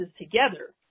together